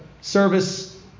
service